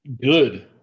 good